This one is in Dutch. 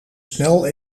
snel